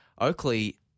Oakley